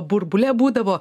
burbule būdavo